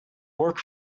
work